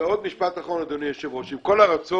ועוד משפט אחרון, אדוני היושב ראש: עם כל הרצון,